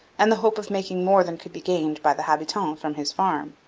and the hope of making more than could be gained by the habitant from his farm.